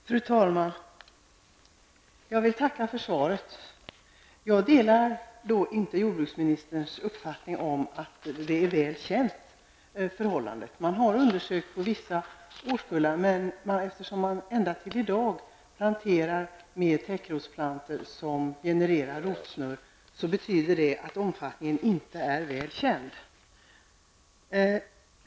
Fru talman! Jag vill tacka för svaret. Jag delar inte jordbruksministerns uppfattning om att detta förhållande är väl känt. Vissa årskullar av träd har undersökts, men eftersom det fortfarande planteras täckrotsplantor som genererar rotsnurr betyder det att omfattningen inte är väl känd.